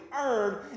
earned